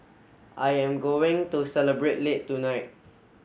I am going to celebrate late tonight